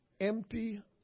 empty